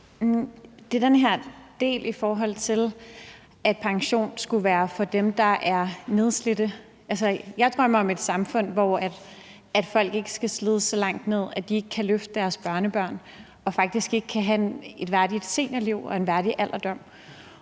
om den her del, i forhold til at pension skulle være for dem, der er nedslidte. Altså, jeg drømmer om et samfund, hvor folk ikke skal slides så langt ned, at de ikke kan løfte deres børnebørn og faktisk ikke kan have et værdigt seniorliv og en værdig alderdom.